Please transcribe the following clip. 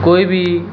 ਕੋਈ ਵੀ